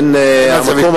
בין המקום